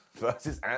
versus